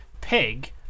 Pig